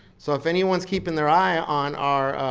so if anyone's keeping their eye on our